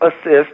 assist